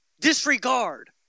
disregard